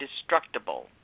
destructible